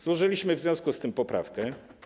Złożyliśmy w związku z tym poprawkę.